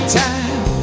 time